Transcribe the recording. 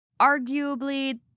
arguably